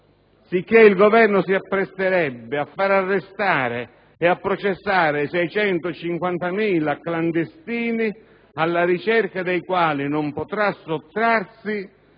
sicché il Governo si appresterebbe a far arrestare e a processare 650.000 clandestini, alla ricerca dei quali non potrà sottrarsi